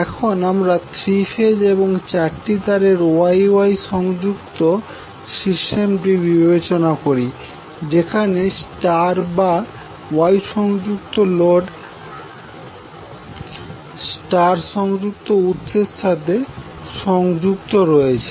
এখন আমরা three phase এবং চারটি তারের Y Y সংযুক্ত সিস্টেমটি বিবেচনা করি যেখানে স্টার বা Y সংযুক্ত লোড আকটি স্টার সংযুক্ত উৎসের সাথে সংযুক্ত রয়েছে